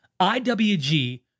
IWG